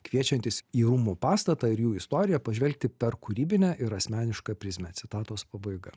kviečiantys į rūmų pastatą ir jų istoriją pažvelgti per kūrybinę ir asmenišką prizmę citatos pabaiga